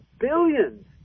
billions